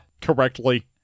Correctly